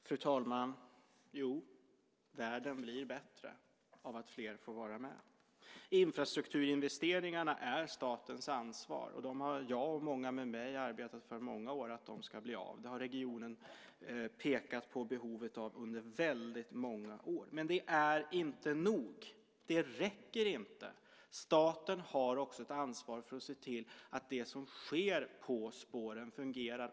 Fru talman! Jo, världen blir bättre av att fler får vara med. Infrastrukturinvesteringarna är statens ansvar. Att de ska bli av har jag och många andra jobbat för i många år. Regionen har under väldigt många år pekat på behovet av dem. Men det räcker inte. Staten har ett ansvar att också se till att det som sker på spåren fungerar.